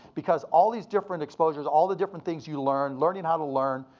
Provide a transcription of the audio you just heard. because all these different exposures, all the different things you learn, learning how to learn,